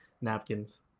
napkins